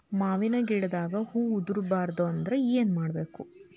ಮಾವಿನ ಗಿಡದಾಗ ಹೂವು ಉದುರು ಬಾರದಂದ್ರ ಏನು ಮಾಡಬೇಕು?